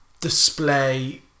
display